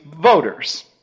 voters